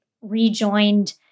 rejoined